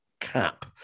cap